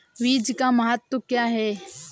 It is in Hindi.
बीज का महत्व क्या है?